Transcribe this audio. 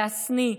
להשניא,